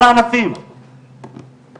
אז